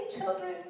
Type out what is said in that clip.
children